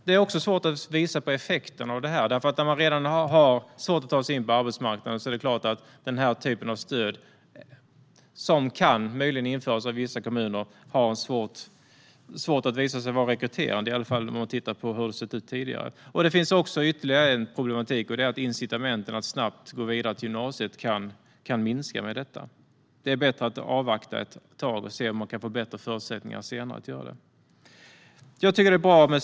Det är också svårt att se effekterna av detta. Det är svårt att påvisa att denna typ av stöd, som kanske kommer att införas av vissa kommuner, är rekryterande bland dem som redan har svårt att ta sig in på arbetsmarknaden - i alla fall om man tittar på hur det har sett ut tidigare. Det finns ytterligare en problematik, och det är att incitamentet att snabbt gå vidare till gymnasiet kan minska med detta. Det är bättre att avvakta ett tag och se om man kan få bättre förutsättningar senare. Fru talman!